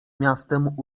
miastem